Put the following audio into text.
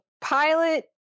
pilot